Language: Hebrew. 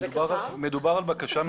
מה הבקשה?